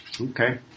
Okay